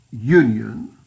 union